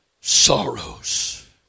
sorrows